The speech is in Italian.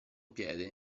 piede